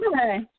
Hi